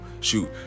shoot